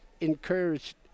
encouraged